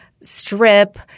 strip